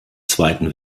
zweiten